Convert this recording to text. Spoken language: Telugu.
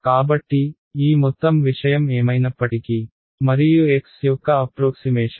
కాబట్టి ఈ మొత్తం విషయం ఏమైనప్పటికీ మరియు x యొక్క అప్ప్రోక్సిమేషన్